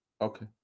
Okay